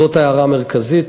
זאת הערה מרכזית.